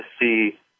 see